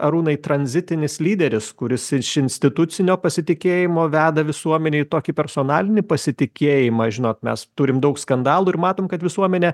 arūnai tranzitinis lyderis kuris iš institucinio pasitikėjimo veda visuomenėj tokį personalinį pasitikėjimą žinot mes turim daug skandalų ir matom kad visuomenė